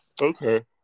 Okay